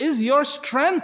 is your strength